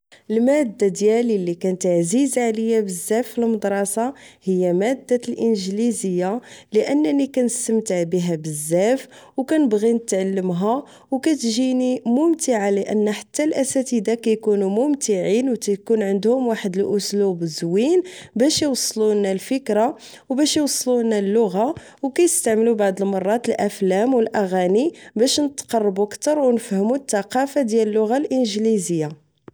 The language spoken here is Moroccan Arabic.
المادة ديالي لي كانت عزيزة عليا بزاف فالمدرسة هي مادة الإنجليزية لأنني كنستمتع بها بزاف أو كنبغي نتعلمها أو كتجيني ممتعة لأن حتى الأساتدة كيكونو ممتعين أو تيكون عندهم واحد الأسلوب زوين باش يوصلو لنا الفكرة أو باش يوصلو لنا اللغة أو كيستعملو بعض المرات الأفلام أو الأغاني باش نتقربو كتر أو نفهمو التقافة ديال اللغة الإنجليزية